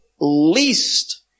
least